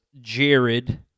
Jared